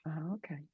Okay